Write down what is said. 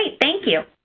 thank you.